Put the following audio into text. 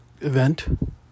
event